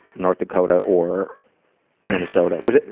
north dakota or minnesota. was it,